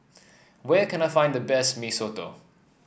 where can I find the best Mee Soto